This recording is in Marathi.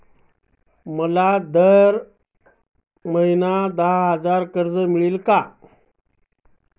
मला दर महिना दहा हजार कर्ज मिळेल का?